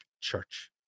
church